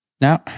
now